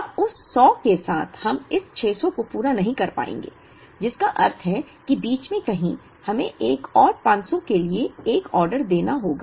अब उस 100 के साथ हम इस 600 को पूरा नहीं कर पाएंगे जिसका अर्थ है कि बीच में कहीं हमें एक और 500 के लिए एक आदेश देना होगा